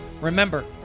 Remember